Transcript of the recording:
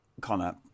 Connor